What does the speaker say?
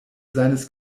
seines